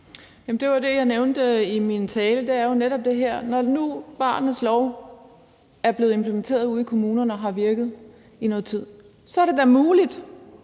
netop det, jeg nævnte i min tale. Når nu barnets lov er blevet implementeret ude i kommunerne og har virket i noget tid, er det da muligt,